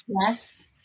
Yes